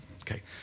Okay